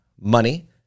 Money